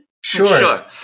Sure